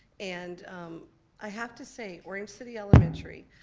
and i have to say, orange city elementary,